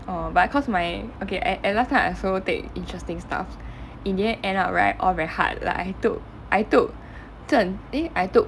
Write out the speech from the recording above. orh but cause my okay eh and last time I also take interesting stuff in the end end up right all very hard like I took I took 政 eh I took